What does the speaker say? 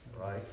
right